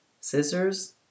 scissors